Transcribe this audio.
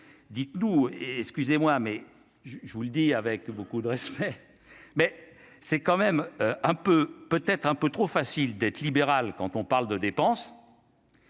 dites-nous, et excusez-moi mais je, je vous le dis avec beaucoup de respect, mais c'est quand même un peu, peut-être un peu trop facile d'être libéral quand on parle de dépenses.